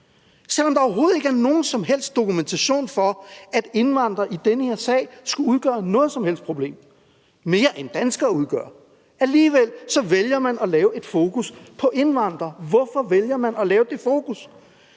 selv om der overhovedet ikke er nogen som helst dokumentation for, at indvandrere i den her sag skulle udgøre noget som helst problem, mere end danskere udgør. Alligevel vælger man at lave et fokus på indvandrere. Hvorfor vælger man at lave det fokus?